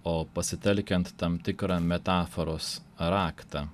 o pasitelkiant tam tikrą metaforos raktą